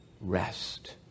Rest